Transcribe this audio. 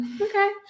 Okay